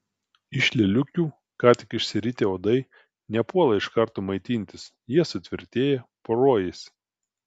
iš lėliukių ką tik išsiritę uodai nepuola iš karto maitintis jie sutvirtėja poruojasi